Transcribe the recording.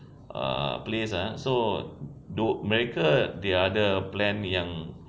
ah place ah so tho~ mereka dia ada plan yang